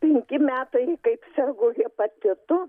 penki metai kaip sergu hepatitu